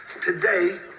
Today